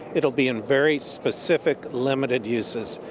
it will be in very specific limited uses.